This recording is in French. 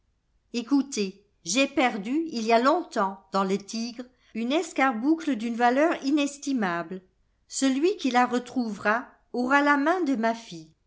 j'ai perdu il y a longtemps dans le tigre une escarboucle d'une valeur inestimable celui qui la retrouvera aura la main de ma fille